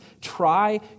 try